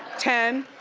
ten,